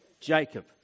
Jacob